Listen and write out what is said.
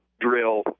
drill